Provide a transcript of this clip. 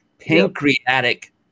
pancreatic